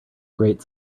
great